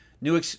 New